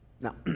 Now